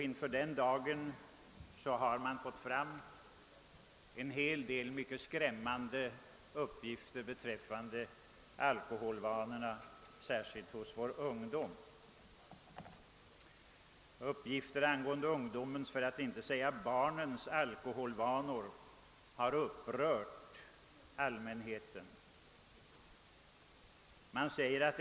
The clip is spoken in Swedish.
Inför den dagen har en del skrämmande uppgifter beträffande alkoholvanorna, särskilt hos vår ungdom, redovisats. Uppgifterna angående ungdomens — för att inte säga barnens — alkoholvanor har upp rört allmänheten.